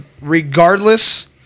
regardless –